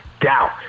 doubt